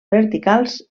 verticals